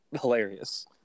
hilarious